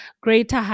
greater